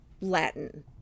latin